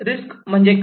risk म्हणजे काय